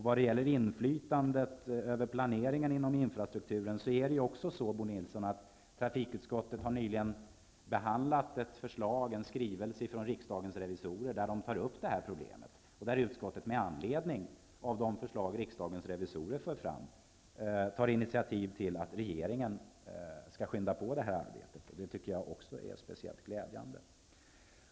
Vad gäller inflytandet över planeringen inom infrastrukturen är det också så, Bo Nilsson, att trafikutskottet nyligen har behandlat en skrivelse från riksdagens revisorer, där de tar upp detta problem. Utskottet tar med anledning av de förslag som riksdagens revisorer för fram initiativ till att uppmana regeringen att skynda på det här arbetet. Det tycker jag också är speciellt glädjande.